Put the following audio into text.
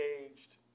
engaged